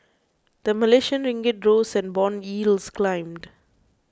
the Malaysian Ringgit rose and bond yields climbed